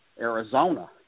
Arizona